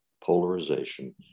polarization